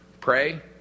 Pray